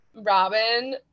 Robin